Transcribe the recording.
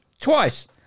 twice